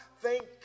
thank